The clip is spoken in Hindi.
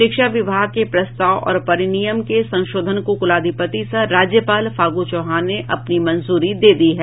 शिक्षा विभाग के प्रस्ताव और परिनियम के संशोधन को कुलाधिपति सह राज्यपाल फागू चौहान ने अपनी मंजूरी दे दी है